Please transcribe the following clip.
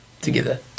together